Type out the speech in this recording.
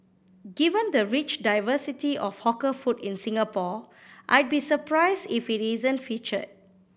given the rich diversity of hawker food in Singapore I'd be surprised if it isn't featured